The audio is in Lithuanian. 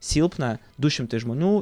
silpna du šimtai žmonių